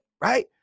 right